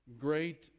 Great